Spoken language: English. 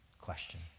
question